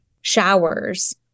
showers